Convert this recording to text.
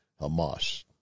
Hamas